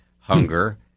Hunger